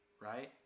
right